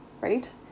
right